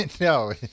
No